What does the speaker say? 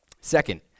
Second